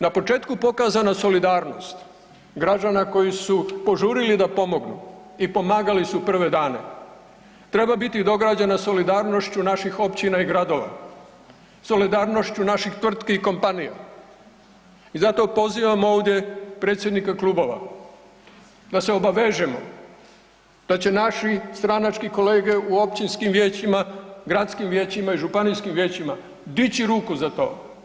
Na početku je pokazana solidarnost građana koji su požurili da pomognu i pomagali su prve dane, treba biti dograđena solidarnošću naših općina i gradova, solidarnošću naših tvrtki i kompanija i zato pozivam ovdje predsjednike klubova da se obavežemo da će naši stranački kolege u općinskim vijećima, gradskim vijećima i županijskim vijećima dići ruku za to.